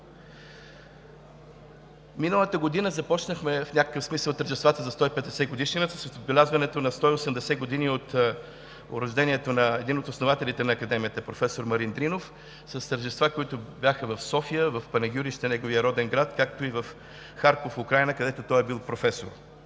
Миналата година започнахме в някакъв смисъл тържествата за 150-годишнината с отбелязването на 180 години от рождението на един от основателите на Академията – професор Марин Дринов – с тържества, които бяха в София, в Панагюрище – неговия роден град, както и в Харков – Украйна, където той е бил професор.